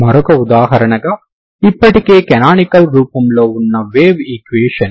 మరొక ఉదాహరణగా ఇప్పటికే కనానికల్ రూపంలో ఉన్న వేవ్ ఈక్వేషన్